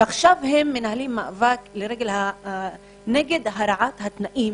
עכשיו הם מנהלים מאבק נגד הרעת התנאים,